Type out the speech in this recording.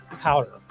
powder